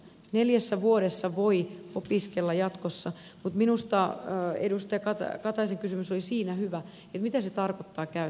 neljässä vuodessa voi opiskella jatkossa mutta minusta edustaja kataisen kysymys oli siinä hyvä että mitä se tarkoittaa käytännössä